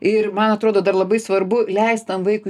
ir man atrodo dar labai svarbu leist tam vaikui